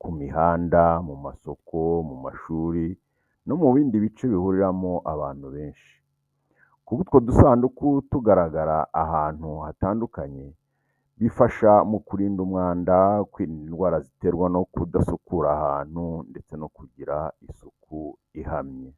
ku mihanda, mu masoko, mu mashuri no mu bindi bice bihuriramo abantu benshi. Kuba utwo dusanduku tugaragara ahantu hatandukanye bifasha mu kurinda umwanda, kwirinda indwara ziterwa no kudasukura ahantu ndetse no kugira isuku ihamye.